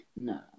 No